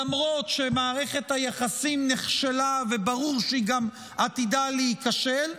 למרות שמערכת היחסים נכשלה וברור שהיא גם עתידה להיכשל,